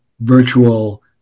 virtual